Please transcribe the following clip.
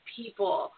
people